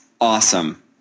awesome